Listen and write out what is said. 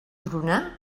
tronar